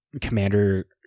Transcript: commander